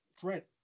threat